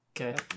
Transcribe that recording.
Okay